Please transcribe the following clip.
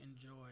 enjoy